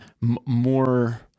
more –